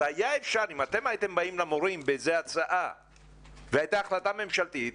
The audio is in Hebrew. אם אתם הייתם באים למורים בהצעה והייתה החלטת ממשלה,